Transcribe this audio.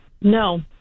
No